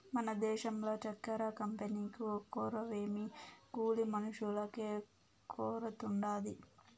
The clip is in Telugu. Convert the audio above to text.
మన దేశంల చక్కెర కంపెనీకు కొరవేమో కూలి మనుషులకే కొరతుండాది